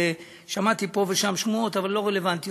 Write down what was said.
שמעתי פה ושם שמועות, אבל הן לא רלוונטיות.